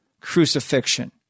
crucifixion